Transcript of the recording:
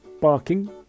barking